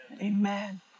Amen